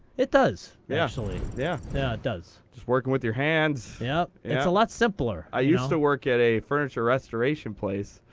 it does, yeah actually. yeah. yeah, it does. just working with your hands. yup. it's a lot simpler. i used to work at a furniture restoration place.